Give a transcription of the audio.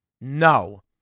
No